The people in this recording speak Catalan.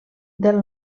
del